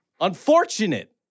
Unfortunate